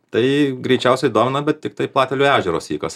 tai greičiausiai domina bet tiktai platelių ežero sykas